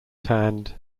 tanned